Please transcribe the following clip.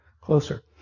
closer